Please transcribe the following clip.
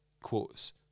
quotes